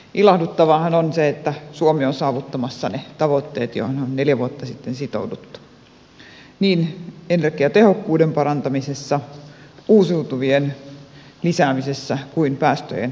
ilahduttavaahan on se että suomi on saavuttamassa ne tavoitteet joihin on neljä vuotta sitten sitouduttu niin energiatehokkuuden parantamisessa uusiutuvien lisäämisessä kuin päästöjen vähentämisessä